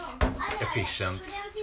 efficient